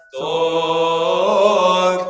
oh